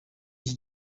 iki